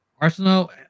arsenal